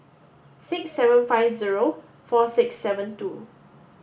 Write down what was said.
six seven five zero four six seven two